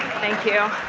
thank you.